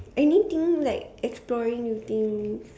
anything like exploring with you